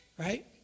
right